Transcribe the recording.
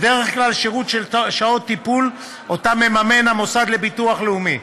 בדרך כלל שירות של שעות טיפול שמממן המוסד לביטוח לאומי.